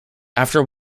after